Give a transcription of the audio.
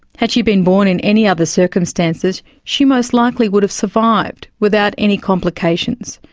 had she been born in any other circumstances, she most likely would have survived without any complications.